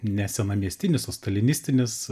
ne senamiestinis o stalinistinis